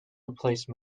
replace